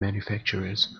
manufacturers